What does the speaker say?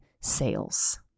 sales